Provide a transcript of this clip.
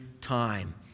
time